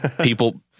people